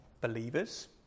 believers